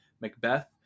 Macbeth